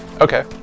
Okay